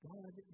God